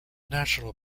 national